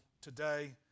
today